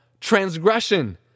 transgression